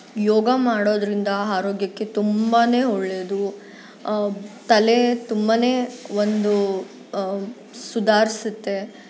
ಯೋಗ ಮಾಡೋದರಿಂದ ಆರೋಗ್ಯಕ್ಕೆ ತುಂಬಾ ಒಳ್ಳೆಯದು ತಲೆ ತುಂಬ ಒಂದು ಸುಧಾರಿಸುತ್ತೆ